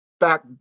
Back